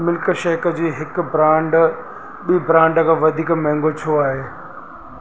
milkshake जी हिकु brand ॿी ब्रांड खां वधीक महांगो छो आहे